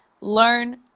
learn